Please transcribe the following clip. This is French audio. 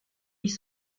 ils